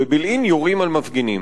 בבילעין יורים על מפגינים.